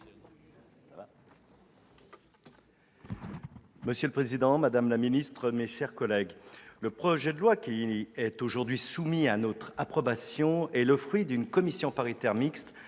Monsieur le président, madame la ministre, mes chers collègues, le projet de loi aujourd'hui soumis à notre approbation est le fruit d'une commission mixte